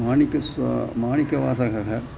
माणिकस्वामिनः माणिकवासगः